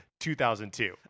2002